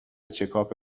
چکاپ